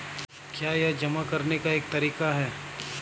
क्या यह जमा करने का एक तरीका है?